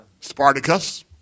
Spartacus